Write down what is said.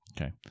Okay